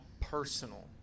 personal